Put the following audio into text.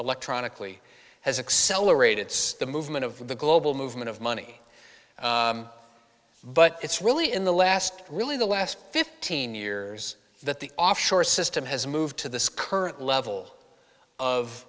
electronically has accelerated the movement of the global movement of money but it's really in the last really the last fifteen years that the offshore system has moved to this current level of